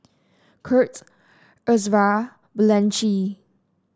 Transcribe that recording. Kurt Ezra Blanchie